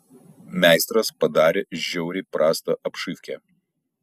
meistras padarė žiauriai prastą apšyvkę